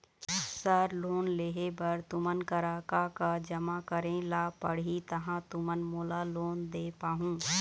Sir loan लेहे बर तुमन करा का का जमा करें ला पड़ही तहाँ तुमन मोला लोन दे पाहुं?